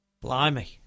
blimey